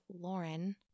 Lauren